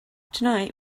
tonight